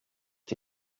die